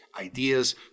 ideas